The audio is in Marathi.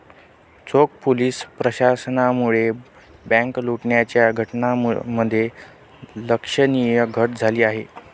चोख पोलीस प्रशासनामुळे बँक लुटण्याच्या घटनांमध्ये लक्षणीय घट झाली आहे